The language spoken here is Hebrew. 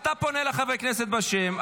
אתה פונה לחברי הכנסת בשם,